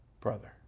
brother